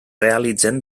realitzen